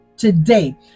Today